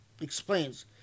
explains